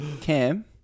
Cam